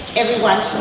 everyone